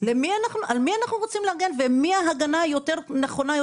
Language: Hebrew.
על מי אנחנו רוצים להגן ועל מי ההגנה היותר נכונה,